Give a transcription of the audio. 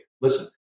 Listen